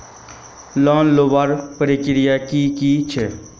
Loan लुबार प्रक्रिया की की छे?